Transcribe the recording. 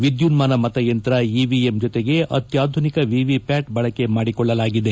ವಿದ್ಯುನ್ನಾನ ಮತಯಂತ್ರ ಇವಿಎಂ ಜೊತೆಗೆ ಅತ್ತಾಧುನಿಕ ವಿವಿಪ್ಟಾಟ್ ಬಳಕೆ ಮಾಡಿಕೊಳ್ಳಲಾಗಿದೆ